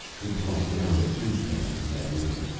he tossed down the food cans he had with him.